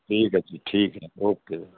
ठीक ऐ जी ठीक ऐ ओ के